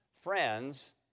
Friends